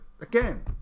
again